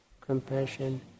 compassion